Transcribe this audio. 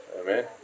Amen